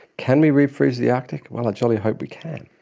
can we re-freeze the arctic? well i jolly hope we can.